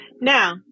Now